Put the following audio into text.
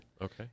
Okay